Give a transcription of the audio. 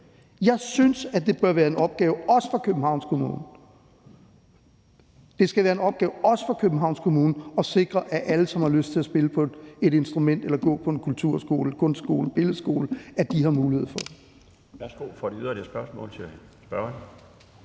Jeg synes, at det bør være en opgave også for Københavns Kommune. Det skal være en opgave også for Københavns Kommune at sikre, at alle, som har lyst til at spille på et instrument eller gå på en kulturskole, kunstskole, billedskole, har mulighed for det.